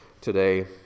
today